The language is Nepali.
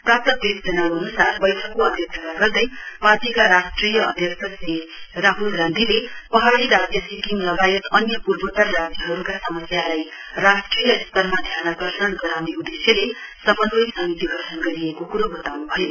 प्राप्त प्रेस विज्ञप्ती अनुसार वैठकको अध्यक्षता गर्दै पार्टीका राष्ट्रिय अध्यक्ष श्री राहल गान्धीले पहाड़ी राज्य सिक्किम लगायत अन्य पूर्त्तर राज्यहरुका सम्स्यालाई राष्ट्रिय स्तरमा ध्यानाकर्षण गराउने उदेश्यले सम्न्वय समिति गठन गरिएको कुरो वताउनु भयो